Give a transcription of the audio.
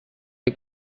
the